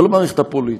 כל המערכת הפוליטית,